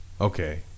okay